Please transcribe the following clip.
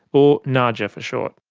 or naaja for short.